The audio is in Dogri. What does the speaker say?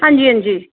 हां जी हां जी